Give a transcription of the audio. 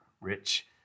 rich